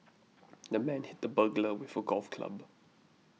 the man hit the burglar with a golf club